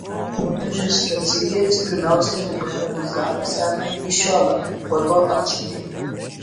popiežius ratzingeris pirmiausia liberalizavo senąjį mišiolą po to atšaukė